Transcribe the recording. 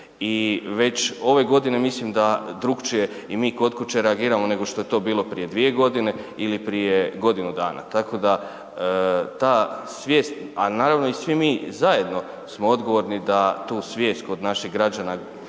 i već ove godine mislim da drukčije i mi kod kuće reagiramo nego što je to bilo prije dvije godine ili prije godinu dana. Tako da ta svijest, a naravno i svi mi zajedno smo odgovorni da tu svijest kod naših građana